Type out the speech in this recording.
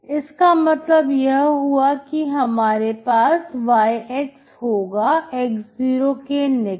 इसका मतलब यह हुआ कि हमारे पास y होगा x0 के निकट